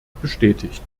bestätigt